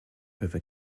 over